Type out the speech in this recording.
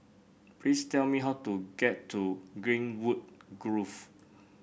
please tell me how to get to Greenwood Grove